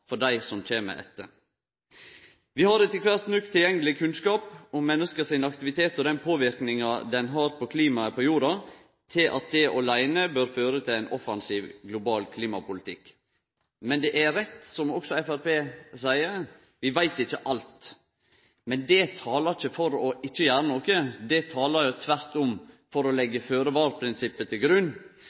for dei som kjem etter. Vi har etter kvart nok tilgjengeleg kunnskap om menneska sin aktivitet og den påverknad det har på klimaet på jorda, til at dette åleine bør føre til ein offensiv global klimapolitikk. Det er rett – som også Framstegspartiet seier – at vi ikkje veit alt, men det talar ikkje for ikkje å gjere noko; det talar jo tvert om for å leggje føre-var-prinsippet til grunn.